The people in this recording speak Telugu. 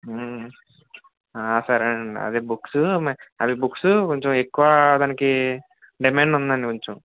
సరే అండి అదే బుక్సు అవి బుక్సు కొంచెం ఎక్కువ దానికి డిమాండ్ ఉందండి కొంచెం